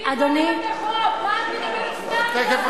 קודם את החוק, מה את מדברת סתם כך.